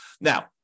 Now